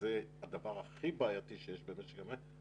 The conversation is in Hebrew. שזה הדבר הכי בעייתי שיש במשק המים,